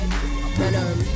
venom